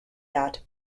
yacht